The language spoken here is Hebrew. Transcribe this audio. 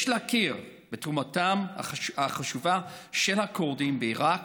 יש להכיר בתרומתם החשובה של הכורדים בעיראק